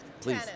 please